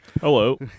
Hello